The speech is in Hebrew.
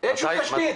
ואין שום תשתית.